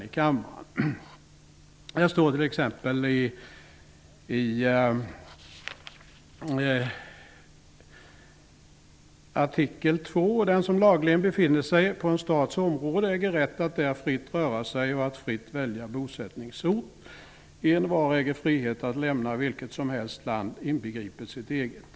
I artikel 2 står det t.ex.: Den som lagligen befinner sig på en stats område äger rätt att där fritt röra sig och att fritt välja bosättningsort. Envar äger frihet att lämna vilket som helst land, inbegripet sitt eget.